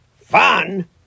Fun